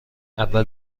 اول